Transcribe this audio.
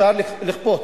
אפשר לכפות.